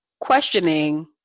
questioning